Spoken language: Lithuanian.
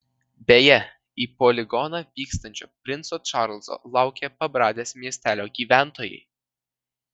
beje į poligoną vykstančio princo čarlzo laukė pabradės miestelio gyventojai